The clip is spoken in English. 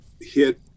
hit